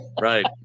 Right